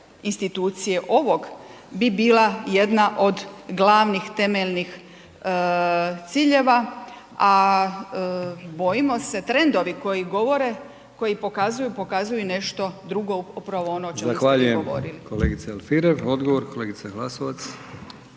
institucije, ovog bi bila jedna od glavnih, temeljnih ciljeva a bojimo se trendovi koji govore, koji pokazuju, pokazuju i nešto drugo, upravo ono o čemu ste vi govorili.